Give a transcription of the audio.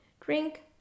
drink